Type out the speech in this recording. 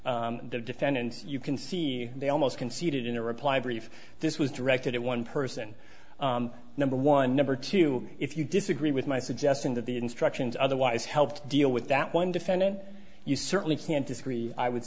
by the defendants you can see they almost conceded in a reply brief this was directed at one person number one number two if you disagree with my suggestion that the instructions otherwise help deal with that one defendant you certainly can't disagree i would